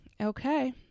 Okay